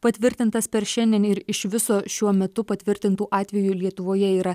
patvirtintas per šiandien ir iš viso šiuo metu patvirtintų atvejų lietuvoje yra